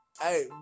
Hey